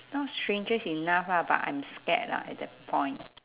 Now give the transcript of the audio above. not strangest enough lah but I'm scared lah at that point